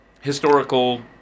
historical